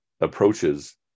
approaches